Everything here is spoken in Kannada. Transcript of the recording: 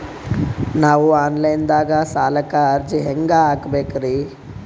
ನಾವು ಆನ್ ಲೈನ್ ದಾಗ ಸಾಲಕ್ಕ ಅರ್ಜಿ ಹೆಂಗ ಹಾಕಬೇಕ್ರಿ?